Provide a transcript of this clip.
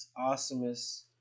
awesomest